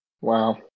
Wow